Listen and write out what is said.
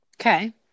okay